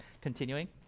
Continuing